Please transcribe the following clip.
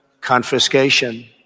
confiscation